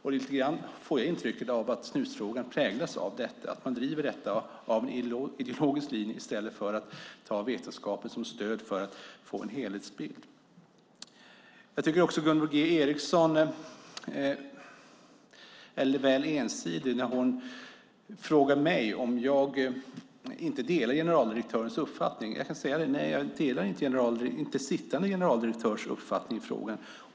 Jag får intrycket av att snusfrågan präglas lite av detta. Man driver detta av ideologiska skäl i stället för att ta vetenskapen som stöd för att få en helhetsbild. Jag tycker också att Gunvor G Ericson är lite väl ensidig när hon frågar mig om jag inte delar generaldirektörens uppfattning. Nej, jag delar inte den sittande generaldirektörens uppfattning i frågan.